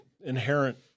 inherent